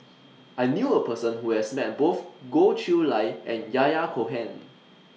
I knew A Person Who has Met Both Goh Chiew Lye and Yahya Cohen